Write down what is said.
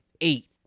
Eight